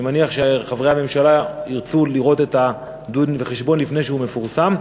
אני מניח שחברי הממשלה ירצו לראות את הדין-וחשבון לפני שהוא מפורסם,